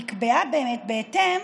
נקבע בהתאם